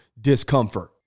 discomfort